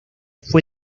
fue